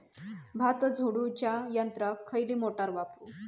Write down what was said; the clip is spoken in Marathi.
भात झोडूच्या यंत्राक खयली मोटार वापरू?